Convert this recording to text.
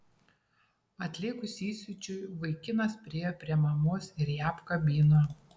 atlėgus įsiūčiui vaikinas priėjo prie mamos ir ją apkabino